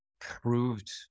proved